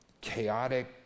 chaotic